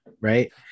Right